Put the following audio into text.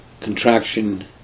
contraction